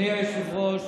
מי שמדברת.